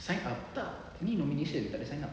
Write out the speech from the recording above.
sign up tak ni nomination tak ada sign up